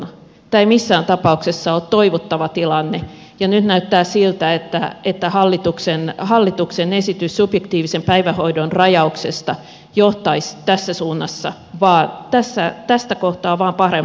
tämä ei missään tapauksessa ole toivottava tilanne ja nyt näyttää siltä että hallituksen esitys subjektiivisen päivähoidon rajauksesta johtaisi tässä kohtaa vain pahempaan suuntaan